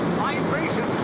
vibration